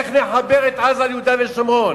איך נחבר את עזה ליהודה ושומרון?